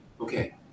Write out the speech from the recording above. Okay